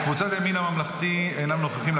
קבוצת הימין הממלכתי אינם נוכחים,